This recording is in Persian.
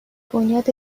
بنیاد